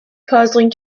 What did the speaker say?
puzzling